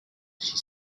she